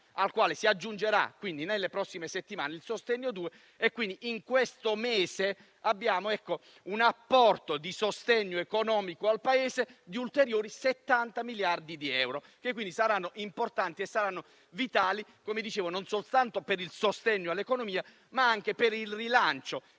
al quale si aggiungerà nelle prossime settimane il decreto-legge sostegni due. In questo mese ci sarà un apporto di sostegno economico al Paese di ulteriori 70 miliardi di euro, che saranno importanti e vitali non soltanto per il sostegno all'economia, ma anche per il rilancio che in